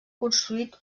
construït